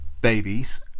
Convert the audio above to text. babies